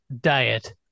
diet